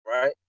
Right